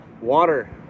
Water